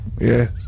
yes